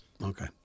Okay